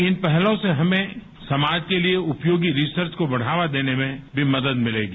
इन पहलों से हमें समाज के लिए उपयोगी रिसर्च को बढ़ावा देने में भी मदद मिलेगी